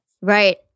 Right